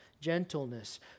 gentleness